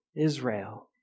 Israel